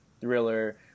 thriller